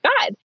God